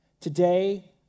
Today